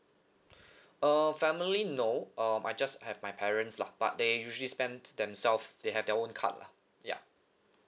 uh family no um I just have my parents lah but they usually spend themselves they have their own card lah ya